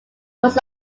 was